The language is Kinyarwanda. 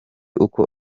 uko